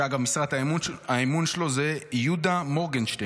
אגב, משרת האמון שלו זה יהודה מורגנשטרן.